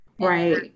right